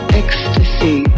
ecstasy